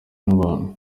n’abantu